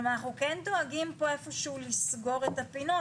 כלומר אנחנו כן דואגים פה לסגור את הפינות.